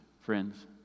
friends